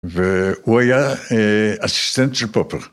והוא היה אסיסטנט של פופר.